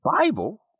Bible